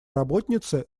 работницы